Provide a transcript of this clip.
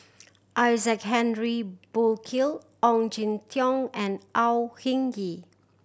Isaac Henry Burkill Ong Jin Teong and Au Hing Yee